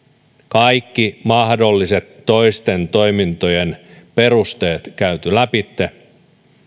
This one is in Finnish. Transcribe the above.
kaikki mahdolliset toisten toimintojen perusteet käyty läpitte